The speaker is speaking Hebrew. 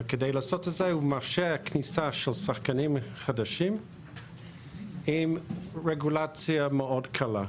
וכדי לעשות את זה הוא מאפשר כניסה של שחקנים חדשים עם רגולציה מאוד קלה.